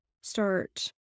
start